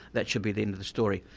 that should be the end of the story.